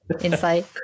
insight